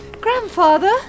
Grandfather